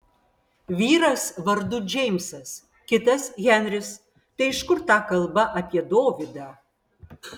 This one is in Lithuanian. vyras vardu džeimsas kitas henris tai iš kur ta kalba apie dovydą